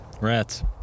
rats